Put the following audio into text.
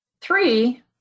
Three